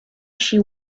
she